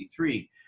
1993